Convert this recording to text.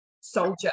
soldier